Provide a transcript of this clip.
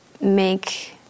make